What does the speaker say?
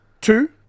Two